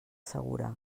segura